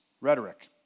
rhetoric